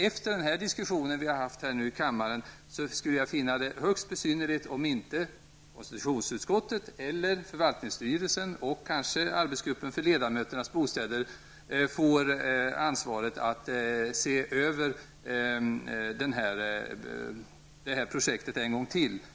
Efter den diskussion som vi nu har haft här i kammaren skulle jag finna det högst besynnerligt om inte konstitutionsutskottet eller förvaltningsstyrelsen och kanske arbetsgruppen för ledamöternas bostäder får ansvaret att se över det här projektet en gång till.